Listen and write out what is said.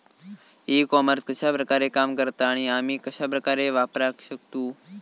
E commerce कश्या प्रकारे काम करता आणि आमी कश्या प्रकारे वापराक शकतू?